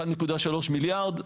1.3 מיליארד.